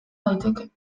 daiteke